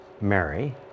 Mary